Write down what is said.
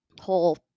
whole